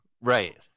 right